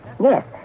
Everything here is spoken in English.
Yes